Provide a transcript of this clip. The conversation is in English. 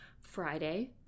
Friday